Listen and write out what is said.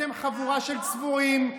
אתם חבורה של צבועים.